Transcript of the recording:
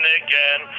again